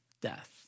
death